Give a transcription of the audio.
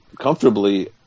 comfortably